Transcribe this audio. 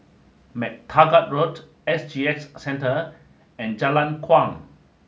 Mac Taggart Road S G X Centre and Jalan Kuang